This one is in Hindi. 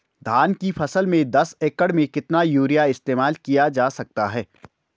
धान की फसल में दस एकड़ में कितना यूरिया इस्तेमाल किया जा सकता है?